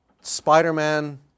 Spider-Man